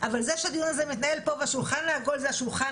אבל זה שהדיון הזה מתנהל פה והשולחן העגול זה השולחן